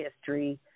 history